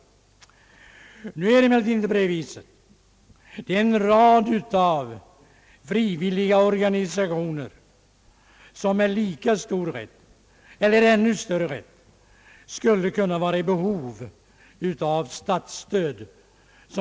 Emellertid är det inte på det viset. Det finns en rad frivilliga organisationer som med lika stor rätt som KRUM eller ännu större rätt skulle kunna vara i behov av statsstöd.